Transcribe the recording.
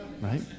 right